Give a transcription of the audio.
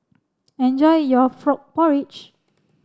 enjoy your frog porridge